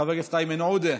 חבר הכנסת איימן עודה,